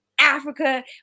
africa